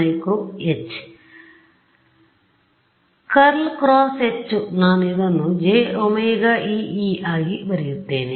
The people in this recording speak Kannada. ∇× H ನಾನು ಇದನ್ನು jωεE ಆಗಿ ಬರೆಯುತ್ತೇನೆ